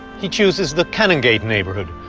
he chooses the canongate neighborhood,